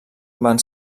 van